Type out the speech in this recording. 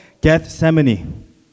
Gethsemane